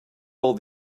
all